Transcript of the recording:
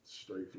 Straight